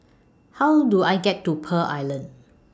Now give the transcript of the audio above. How Do I get to Pearl Island